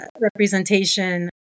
representation